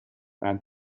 and